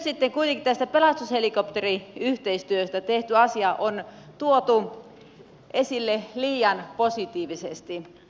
mutta nyt kuitenkin tästä pelastushelikopteriyhteistyöstä tehty asia on tuotu esille liian positiivisesti